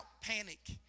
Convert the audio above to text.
panic